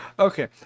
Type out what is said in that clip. Okay